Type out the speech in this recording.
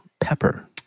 Pepper